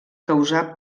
causar